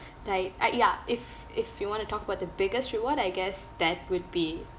right uh ya if if you want to talk about the biggest reward I guess that would be